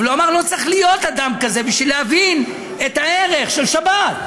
אבל הוא אמר: לא צריך להיות אדם כזה בשביל להבין את הערך של שבת,